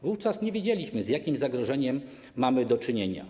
Wówczas nie wiedzieliśmy, z jakim zagrożeniem mamy do czynienia.